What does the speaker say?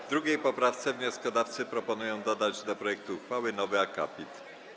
W 2. poprawce wnioskodawcy proponują dodać do projektu uchwały nowy akapit.